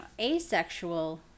asexual